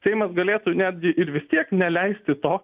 seimas galėtų netgi ir vis tiek neleisti to